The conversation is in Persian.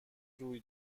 روی